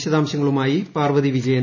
വിശദാംശങ്ങളുമായി പാർവ്വതി വീജയൻ